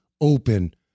open